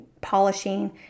polishing